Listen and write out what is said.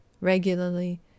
regularly